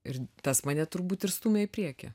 ir tas mane turbūt ir stumia į priekį